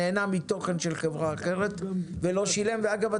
נהנה מתוכן של חברה אחרת ולא ישלם ואגב,